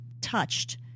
touched